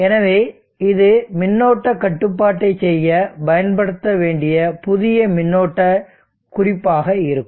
எனவே இது மின்னோட்ட கட்டுப்பாட்டைச் செய்ய பயன்படுத்த வேண்டிய புதிய மின்னோட்ட குறிப்பாக இருக்கும்